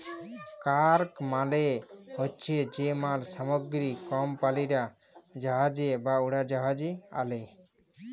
cargo মালে হছে যে মাল সামগ্রী কমপালিরা জাহাজে বা উড়োজাহাজে আলে